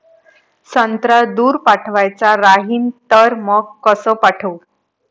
संत्रा दूर पाठवायचा राहिन तर मंग कस पाठवू?